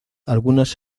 algunas